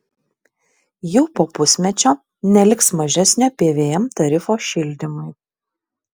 jau po pusmečio neliks mažesnio pvm tarifo šildymui